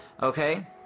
Okay